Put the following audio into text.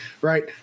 right